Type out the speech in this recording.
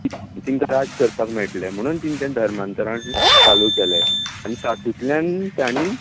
तिंका राज्य करपाक मेळटले म्हणून तिंच्यानी धर्मांतरण चालू केले आनी तातूंतल्यान तांणी